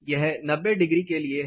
यह 90 डिग्री के लिए है